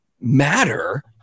matter